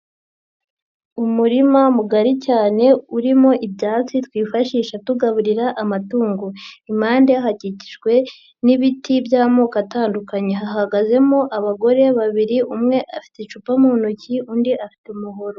Umurima mugari cyane urimo ibyatsi twifashisha tugaburira amatungo. Impande hakikijwe n'ibiti by'amoko atandukanye. Hahagazemo abagore babiri umwe afite icupa mu ntoki undi afite umuhoro.